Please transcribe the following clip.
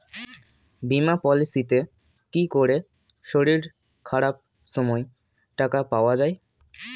বীমা পলিসিতে কি করে শরীর খারাপ সময় টাকা পাওয়া যায়?